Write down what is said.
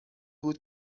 بود